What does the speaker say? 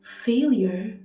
failure